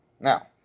Now